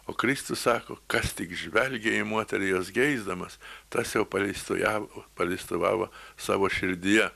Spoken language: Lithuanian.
o kristus sako kas tik žvelgia į moterį jos geisdamas tas jau paleistujavo paleistuvavo savo širdyje